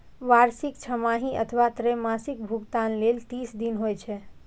वार्षिक, छमाही अथवा त्रैमासिक भुगतान लेल तीस दिन होइ छै